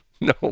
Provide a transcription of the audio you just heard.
No